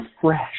fresh